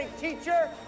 teacher